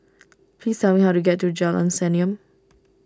please tell me how to get to Jalan Senyum